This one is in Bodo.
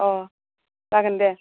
अ जागोन दे